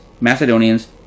macedonians